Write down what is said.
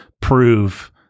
prove